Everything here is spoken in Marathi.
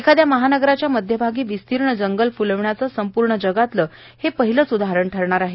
एखाद्या महानगराच्या मध्यभागी विस्तीर्ण जंगल फ्लवण्याच संपूर्ण जगातलं हे पहिलंच उदाहरण ठरणार आहे